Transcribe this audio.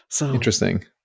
Interesting